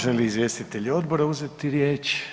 Želi li izvjestitelji odbora uzeti riječ?